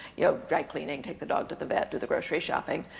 you know dry-cleaning, take the dog to the vet, do the grocery shopping,